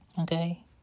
Okay